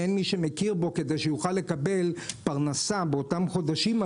ואין מי שמכיר בו כדי שהוא יוכל לקבל פרנסה באותם חודשים.